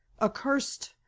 accursed